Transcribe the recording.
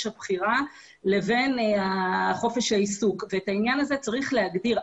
הבחירה לבין חופש העיסוק את העניין הזה צריך להגדיר,